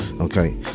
Okay